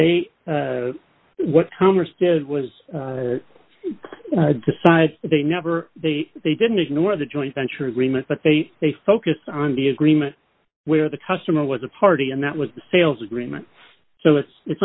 was decide they never they they didn't ignore the joint venture agreement but they they focused on the agreement where the customer was a party and that was the sales agreement so it's